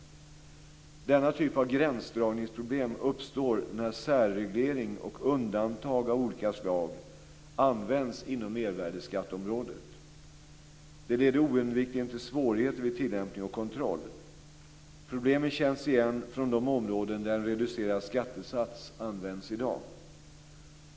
Denna typ av gränsdragningsproblem uppstår när särreglering och undantag av olika slag används inom mervärdesskatteområdet. Det leder oundvikligen till svårigheter vid tillämpning och kontroll. Problemen känns igen från de områden där en reducerad skattesats används i dag.